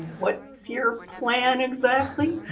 what's your plan exactly?